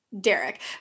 Derek